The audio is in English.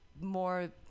more